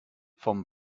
vom